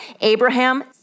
Abraham